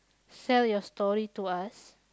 sell your story to us